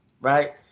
right